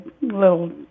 little